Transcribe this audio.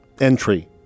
entry